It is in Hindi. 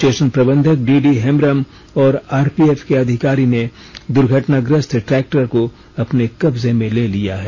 स्टेशन प्रबंधक डीडी हेम्ब्रम और आरपीएफ के अधिकारी ने दुर्घटनाग्रस्त ट्रैक्टर को अपने कब्जे में ले लिया है